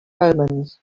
omens